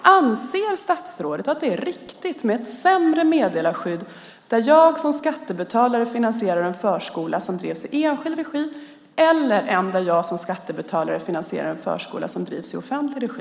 Anser statsrådet att det är riktigt med ett sämre meddelarskydd när jag som skattebetalare finansierar en förskola som drivs i enskild regi än när jag som skattebetalare finansierar en förskola som bedrivs i offentlig regi?